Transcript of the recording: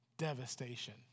devastation